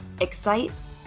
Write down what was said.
excites